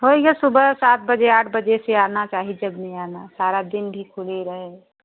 वही जो सुबह सात बजे आठ बजे से आना चाहे जब में आना सारा दिन भी खुली रहे